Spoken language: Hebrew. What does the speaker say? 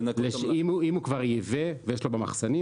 אם הוא כבר ייבא ויש לו במחסנים,